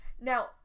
Now